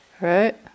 Right